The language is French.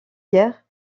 guerre